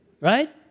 Right